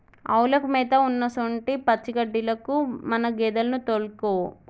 ఆవులకు మేత ఉన్నసొంటి పచ్చిగడ్డిలకు మన గేదెలను తోల్కపో